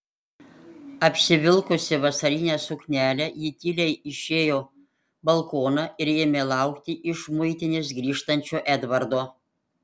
apsivilkusi vasarinę suknelę ji tyliai išėjo balkoną ir ėmė laukti iš muitinės grįžtančio edvardo